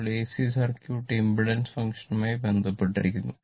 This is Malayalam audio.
അപ്പോൾ AC സർക്യൂട്ട് ഇംപെഡൻസ് ഫംഗ്ഷനുമായി ബന്ധപ്പെട്ടിരിക്കുന്നു